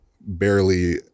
barely